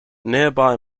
nearby